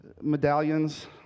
medallions